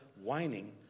whining